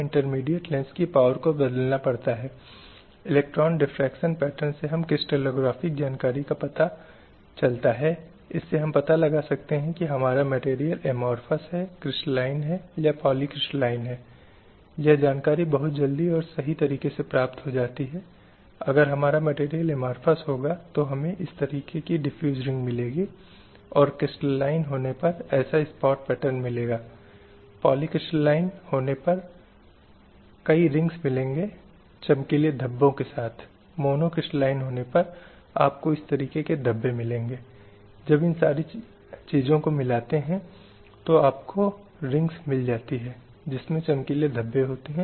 इसलिए हर कोई समान है सभी को जीवन का अधिकार है हर किसी के पास खुद को अभिव्यक्त करने के लिए अपनी पसंद को व्यक्त करने के लिए आवश्यक स्वतंत्रता है वे जो कुछ भी करते हैं उसमें उनकी स्वतंत्रता है और कानून के समक्ष समानता होनी चाहिए कानून हर किसी के लिए समान होना चाहिए और वहां कानून के अमल के संबंध में किसी भी जाति रंग समूह जाति वर्ग लिंग के संबंध में कोई अंतर नहीं होना चाहिए और कानून को लोगों के बीच भेदभाव नहीं करना चाहिए इसलिए सभी कानून की समान सुरक्षा के हकदार हैं